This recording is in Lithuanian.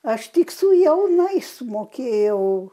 aš tik su jaunais mokėjau